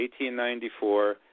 1894